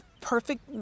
perfect